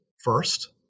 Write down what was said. first